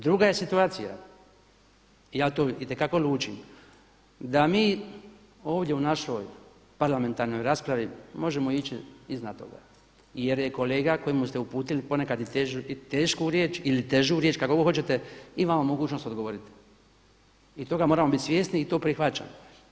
Druga je situacija, ja to itekako lučim da mi ovdje u našoj parlamentarnoj raspravi možemo ići iznad toga, jer je kolega kojemu ste uputili ponekad i tešku riječ ili težu riječ kako god hoćete, ima vam mogućnost odgovoriti i toga moramo biti svjesni i to prihvaćamo.